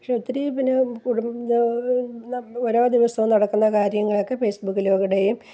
പക്ഷേ ഒത്തിരി പിന്നെ കുടു ഓരോ ദിവസവും നടക്കുന്ന കാര്യങ്ങളൊക്കെ ഫേസ്ബുക്കിലൂടെയും